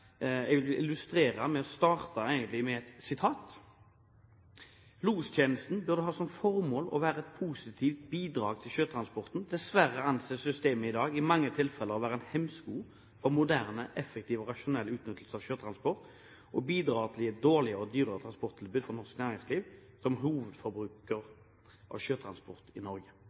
jeg vil illustrere ved å starte med et sitat: «Lostjenesten burde ha som formål å være et positivt bidrag til sjøtransporten. Dessverre anses systemet i mange tilfeller å være en hemsko for moderne, effektiv og rasjonell utnyttelse av sjøtransport og bidrar til å gi et dårligere og dyrere transporttilbud for norsk næringsliv som hovedbruker av sjøtransport i Norge.»